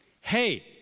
Hey